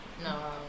No